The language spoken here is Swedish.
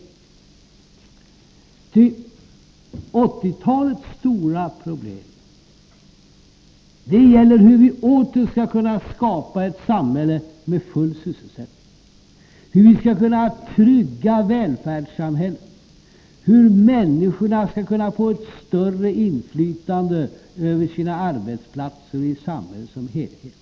1980-talets stora problem gäller hur vi åter skall kunna skapa ett samhälle med full sysselsättning, hur vi skall kunna trygga välfärdssamhället, hur människorna skall kunna få ett större inflytande över sina arbetsplatser och i samhället som helhet.